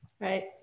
Right